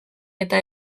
eta